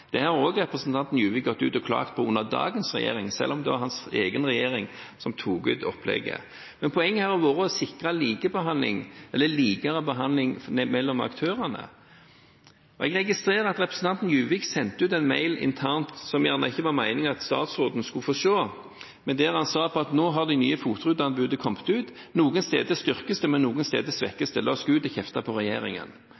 har også representanten Juvik gått ut og klaget på under dagens regjering, selv om det var hans egen regjering som tok ut opplegget. Poenget har vært å sikre likere behandling mellom aktørene. Jeg registrerer at representanten Juvik sendte ut en mail internt som det ikke var meningen at statsråden skulle få se, der han sa at nå har de nye FOT-rutene kommet ut, noen steder styrkes det, mens andre steder